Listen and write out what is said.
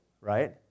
right